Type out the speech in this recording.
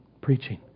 preaching